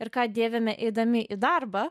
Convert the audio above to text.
ir ką dėvime eidami į darbą